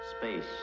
Space